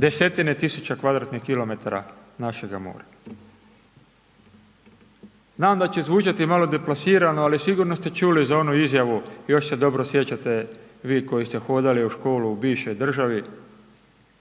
desetine tisuća kvadratnih kilometara našega mora? Znam da će zvučati malo deplasirano, ali sigurno ste čuli onu izjavu još se dobro sjećate vi koji ste hodali u školu u bivšoj državi,